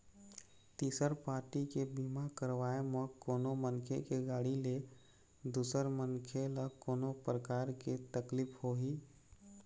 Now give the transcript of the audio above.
तिसर पारटी के बीमा करवाय म कोनो मनखे के गाड़ी ले दूसर मनखे ल कोनो परकार के तकलीफ होही